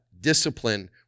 Discipline